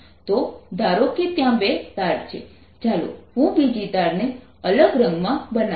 તો ધારો કે ત્યાં બે તાર છે ચાલો હું બીજી તારને અલગ રંગમાં બનાવીશ